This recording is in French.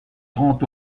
grand